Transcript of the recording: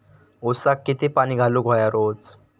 ऊसाक किती पाणी घालूक व्हया रोज?